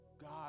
God